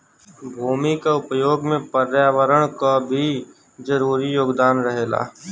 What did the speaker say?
भूमि क उपयोग में पर्यावरण क भी जरूरी योगदान रहेला